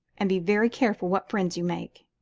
and be very careful what friends you make.